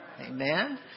Amen